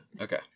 Okay